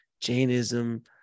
Jainism